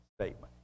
statement